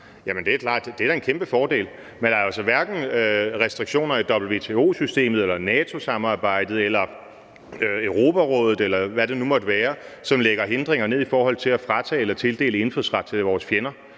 det da er en kæmpe fordel, men det er restriktioner i WTO-systemet eller NATO-samarbejdet eller Europarådet, eller hvad det nu måtte være, som lægger hindringer ned i forhold til at fratage eller tildele indfødsret til vores fjender,